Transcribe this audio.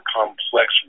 complex